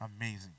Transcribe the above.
Amazing